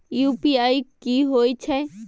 UPI की होय छै?